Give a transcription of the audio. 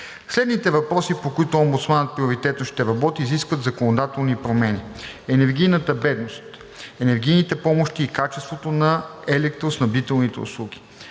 Следните въпроси, по които омбудсманът приоритетно ще работи, изискват законодателни промени: - енергийната бедност, енергийните помощи и качеството на електроснабдителните услуги;